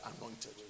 anointed